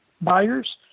buyers